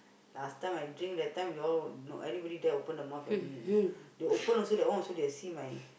last time I drink that time they all anybody dare open their mouth for me you know they open their mouth also they will see my